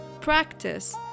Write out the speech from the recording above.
practice